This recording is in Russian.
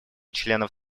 членов